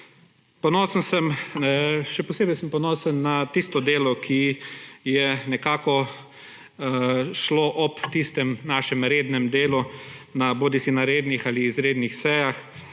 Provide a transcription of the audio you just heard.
po svetu. Še posebej sem ponosen na tisto delo, ki je nekako šlo ob tistem našem rednem delu bodisi na rednih ali izrednih sejah,